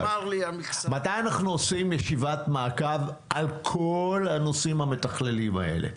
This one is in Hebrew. מתי אנחנו עושים ישיבת מעקב על כל הנושאים המתכללים האלה?